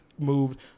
moved